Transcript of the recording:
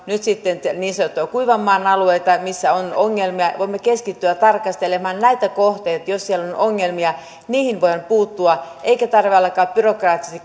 nyt sitten niin sanottuja kuivanmaan alueita missä on ongelmia voimme keskittyä tarkastelemaan näitä kohteita jos siellä on ongelmia niihin voidaan puuttua eikä tarvitse alkaa byrokraattisesti